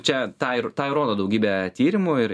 čia tą ir tą ir rodo daugybė tyrimų ir